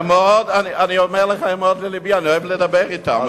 אני אומר לך, הם מאוד ללבי, אני אוהב לדבר אתם.